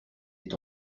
est